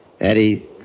Eddie